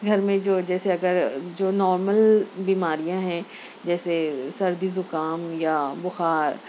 گھر میں جو جیسے اگر جو نارمل بیماریاں ہیں جیسے سردی زکام یا بخار